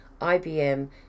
IBM